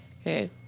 okay